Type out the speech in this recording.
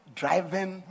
driving